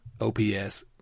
OPS